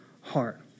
heart